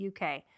UK